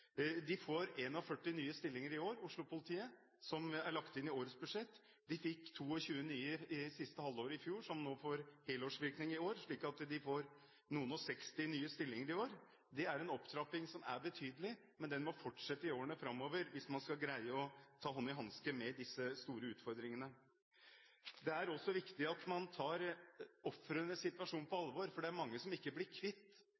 er lagt inn i årets budsjett. De fikk 22 nye i det siste halvåret i fjor, som får helårsvirkning i år, slik at de får noen og seksti nye stillinger i år. Det er en opptrapping som er betydelig. Men den må fortsette i årene framover hvis man skal greie å ta hånd i hanke med disse store utfordringene. Det er også viktig at man tar ofrenes situasjon på alvor, for det er mange som ikke blir kvitt